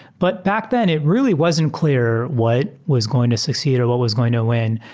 but back then, it really wasn't clear what was going to succeed or what was going to win.